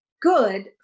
good